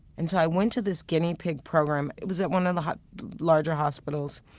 and so i went to this guinea pig program it was at one of the larger hospitals.